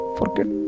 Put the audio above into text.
forget